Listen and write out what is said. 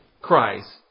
Christ